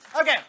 Okay